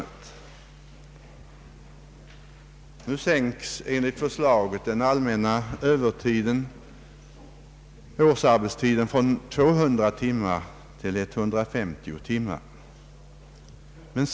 Enligt förslaget skall den allmänna övertiden nu sänkas från 200 till 150 timmar per år.